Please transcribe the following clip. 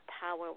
power